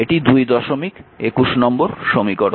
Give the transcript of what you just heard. এটি 221 নম্বর সমীকরণ